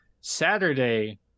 Saturday